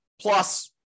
plus